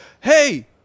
hey